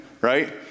right